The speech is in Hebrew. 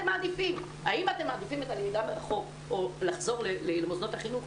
הם מעדיפים את הלמידה מרחוק או לחזור למוסדות החינוך?